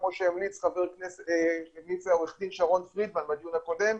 כמו שהמליץ שרון פרידמן בדיון הקודם.